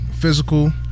Physical